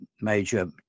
major